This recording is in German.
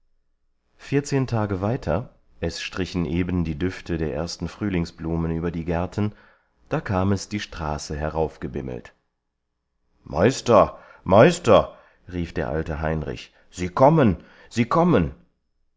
vierzehn tage weiter es strichen eben die düfte der ersten frühlingsblumen über die gärten da kam es die straße heraufgebimmelt meister meister rief der alte heinrich sie kommen sie kommen